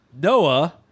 noah